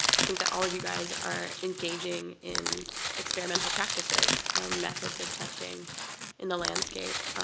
i think that all of you guys are engaging in experimental practices and methods of testing in the landscape,